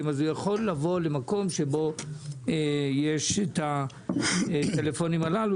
לבוא למקום שבו יש את הטלפונים הללו,